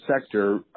sector